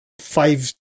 five